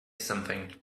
something